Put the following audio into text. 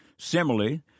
Similarly